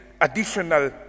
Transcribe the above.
additional